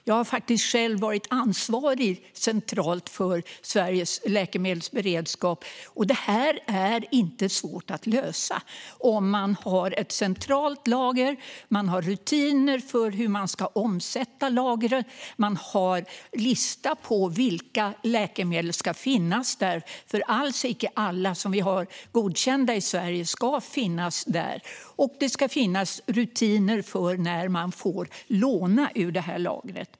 Jag har faktiskt själv varit ansvarig centralt för Sveriges läkemedelsberedskap, och det här är inte svårt att lösa om man har ett centralt lager, rutiner för hur man ska omsätta lagret och en lista på vilka läkemedel som ska finnas där, för det är alls icke alla som vi har godkända i Sverige som ska finnas där. Det ska också finnas rutiner för när man får låna ur lagret.